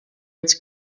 its